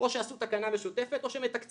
או שהן עשו תקנה משותפת או שמתקצבים